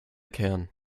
kern